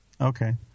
Okay